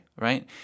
Right